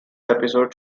episode